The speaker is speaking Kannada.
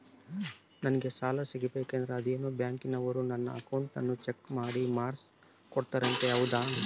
ನಂಗೆ ಸಾಲ ಸಿಗಬೇಕಂದರ ಅದೇನೋ ಬ್ಯಾಂಕನವರು ನನ್ನ ಅಕೌಂಟನ್ನ ಚೆಕ್ ಮಾಡಿ ಮಾರ್ಕ್ಸ್ ಕೋಡ್ತಾರಂತೆ ಹೌದಾ?